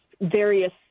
various